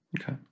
Okay